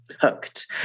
hooked